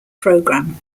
program